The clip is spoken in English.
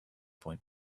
point